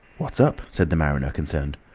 what's up? said the mariner, concerned.